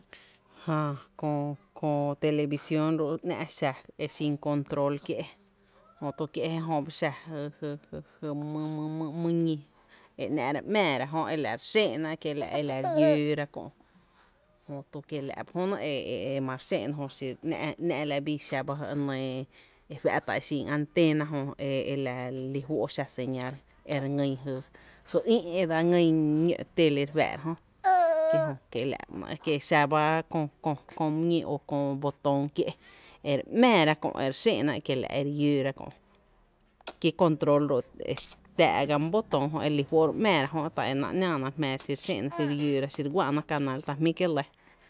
Jää köö tele visión ro’ ‘ná’ xa e xin control kié’, Jöto kie’ ne jö ba xa jy jy jy my ñi e ‘ná’ re ‘mⱥⱥ ra jö kie la re xé’na e la re llǿǿ ra kö’ jötu kie la’ ba jö e e ma re xé’na xire ‘ná’ ba e xa la bii e fa’ta’ e xin antena jö e la re lí fó’ xa señal e re ngýn jy ï’ e dse ngýn ñó’ tele re faa’ra jö kie’ xaba kö kö my ñí o botón kié’ e re ‘mⱥⱥra kö’ e re xë’na kiela’ ere llóra kö’ ki control jö ba e jmⱥⱥ xi ‘náána e re xena e re lloo ra xi re guä’na canal, ta jmí’ kié’ re lɇ.